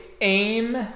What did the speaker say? aim